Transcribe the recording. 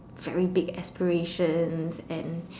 very big aspirations and